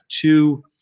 two